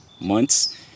months